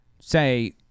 Say